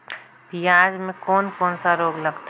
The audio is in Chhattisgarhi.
पियाज मे कोन कोन सा रोग लगथे?